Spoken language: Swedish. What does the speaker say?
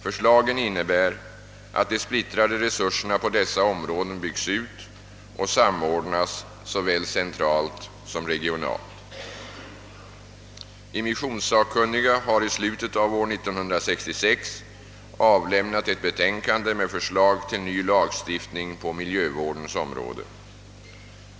Förslagen innebär att de splittrade resurserna på dessa områden byggs ut och samordnas såväl centralt som regionalt. Immissionssakkunniga har i slutet av år 1966 avlämnat ett betänkande med förslag till ny lagstiftning på miljövårdens område.